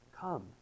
Come